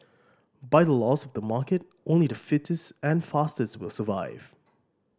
by the laws of the market only the fittest and fastest will survive